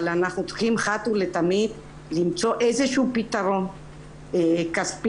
אנחנו צריכים אחת ולתמיד למצוא איזשהו פתרון כספי,